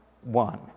one